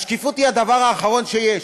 השקיפות היא הדבר האחרון שיש.